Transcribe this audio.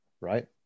right